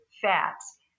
fats